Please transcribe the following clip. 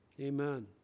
amen